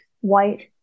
white